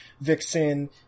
vixen